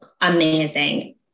amazing